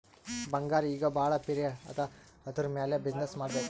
ಬಂಗಾರ್ ಈಗ ಭಾಳ ಪಿರೆ ಅದಾ ಅದುರ್ ಮ್ಯಾಲ ಬಿಸಿನ್ನೆಸ್ ಮಾಡ್ಬೇಕ್